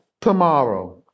tomorrow